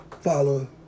follow